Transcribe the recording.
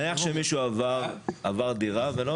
נניח שמישהו עבר דירה ולא